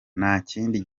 ntakindi